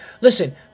listen